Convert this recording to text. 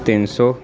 ਤਿੰਨ ਸੌ